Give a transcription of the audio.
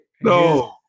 no